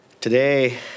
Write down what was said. Today